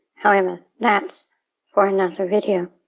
however, that's for another video.